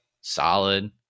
solid